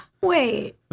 wait